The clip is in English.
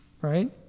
Right